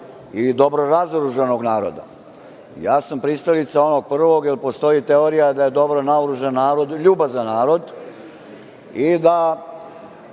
ili dobro razoružanog naroda. Ja sam pristalica onog prvog, jer postoji teorija da je dobro naoružan narod, ljubazan narod i da,